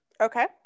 Okay